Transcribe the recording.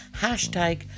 hashtag